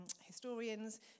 historians